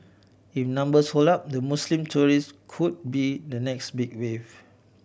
if numbers hold up the Muslim tourist could be the next big wave